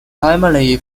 primarily